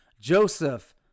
Joseph